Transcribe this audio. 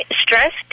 Stressed